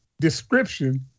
description